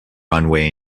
runway